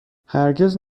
هرگز